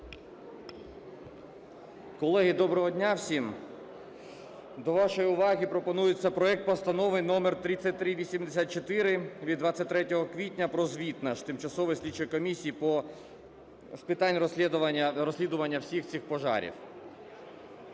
доброго дня всім. До вашої уваги пропонується проект Постанови номер 3384 від 23 квітня про звіт наш Тимчасової слідчої комісії з питань розслідування всіх цих пожарів.